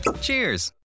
Cheers